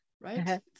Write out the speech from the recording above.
right